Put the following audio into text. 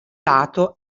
lato